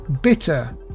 bitter